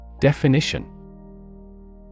Definition